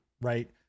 right